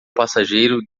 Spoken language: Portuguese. passageiro